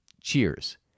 cheers